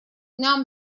нам